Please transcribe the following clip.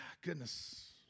Goodness